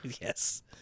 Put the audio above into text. Yes